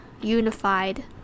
unified